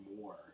more